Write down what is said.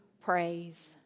praise